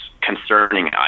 concerning